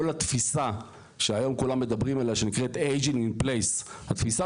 כל התפיסה שהיום כולם מדברים עליה שנקראת ageing in place התפיסה